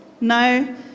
No